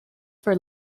for